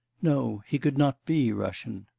no, he could not be russian.